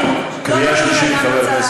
זאת האמת.